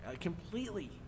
completely